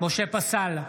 משה פסל,